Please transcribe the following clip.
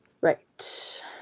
Right